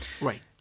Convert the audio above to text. Right